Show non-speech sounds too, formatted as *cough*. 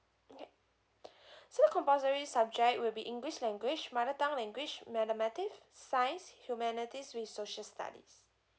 okay *breath* so compulsory subject will be english language mother tongue language mathematics science humanities with social studies